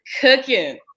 cooking